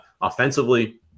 Offensively